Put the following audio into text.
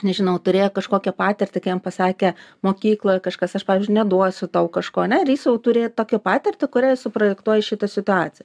nežinau turėjo kažkokią patirtį kai jam pasakė mokykloje kažkas aš pavyzdžiui neduosiu tau kažko ane ir jis turi tokią patirtį kuria suprojektuoji šitą situaciją